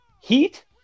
heat